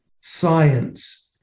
science